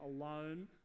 alone